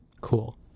cool